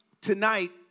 tonight